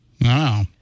Wow